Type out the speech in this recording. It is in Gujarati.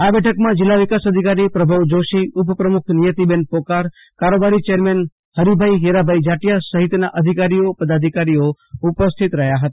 આ બેઠકમાં જિલ્લા વિકાસ અધિકારી પ્રભવ જોષી ઉપપ્રમુખ નિયતીબેન પોકાર કારોબારી ચેરમેન હરીભાઈ હીરાભાઈ જાટિયા સહિતના અધિકારીઓ હાજર રહ્યા હતા